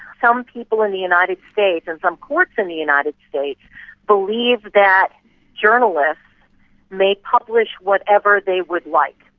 some people in the united states and some courts in the united states believe that journalists may publish whatever they would like.